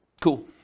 cool